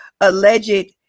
alleged